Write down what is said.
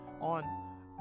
on